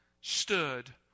stood